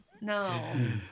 No